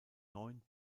neun